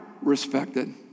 respected